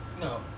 No